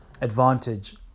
advantage